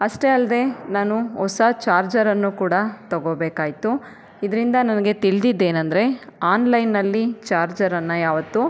ಅಷ್ಟೇ ಅಲ್ಲದೆ ನಾನು ಹೊಸ ಚಾರ್ಜರನ್ನು ಕೂಡ ತಗೋಬೇಕಾಯಿತು ಇದರಿಂದ ನನಗೆ ತಿಳ್ದಿದ್ದೇನಂದರೆ ಆನ್ಲೈನ್ನಲ್ಲಿ ಚಾರ್ಜರನ್ನು ಯಾವತ್ತೂ